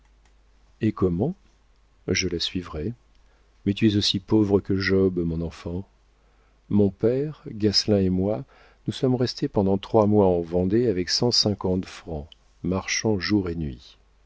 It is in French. et comment je la suivrai mais tu es aussi pauvre que job mon enfant mon père gasselin et moi nous sommes restés pendant trois mois en vendée avec cent cinquante francs marchant jour et nuit